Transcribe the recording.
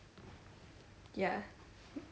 ya